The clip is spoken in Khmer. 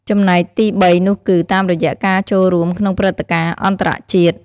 ចំណែកទីបីនោះគឺ តាមរយៈការចូលរួមក្នុងព្រឹត្តិការណ៍អន្តរជាតិ។